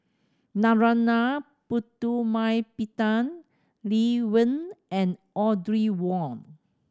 Narana Putumaippittan Lee Wen and Audrey Wong